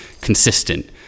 consistent